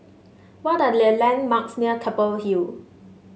what are the landmarks near Keppel Hill